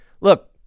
look